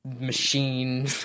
machine